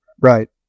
Right